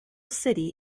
city